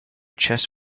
chess